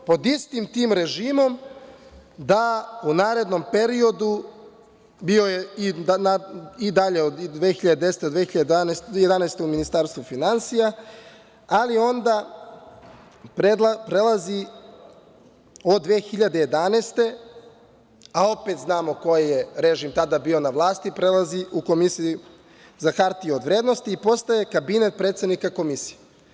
Pod istim tim režimom u narednom periodu bio je i dalje 2010. do 2011. godine u Ministarstvu finansija, ali onda prelazi od 2011. godine, a opet znamo koji je režim tada bio na vlasti, u Komisiju za hartije od vrednosti i postaje kabinet predsednika Komisije.